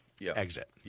exit